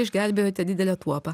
išgelbėjote didelę tuopą